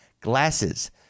glasses